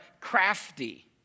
crafty